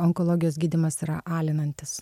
onkologijos gydymas yra alinantis